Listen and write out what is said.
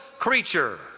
creature